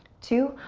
two,